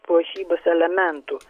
puošybos elementų